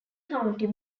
county